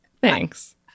thanks